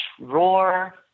roar